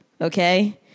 Okay